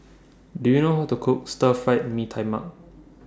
Do YOU know How to Cook Stir Fried Mee Tai Mak